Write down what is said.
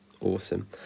awesome